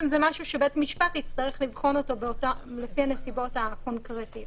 זה משהו שבית משפט יצטרך לבחון לפי הנסיבות הקונקרטיות.